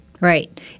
right